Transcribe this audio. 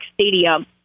Stadium